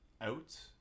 out